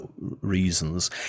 reasons